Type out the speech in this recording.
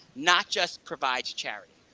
not just provides charity.